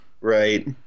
Right